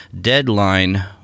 deadline